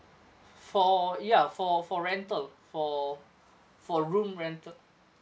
for ya for for rental for for room rented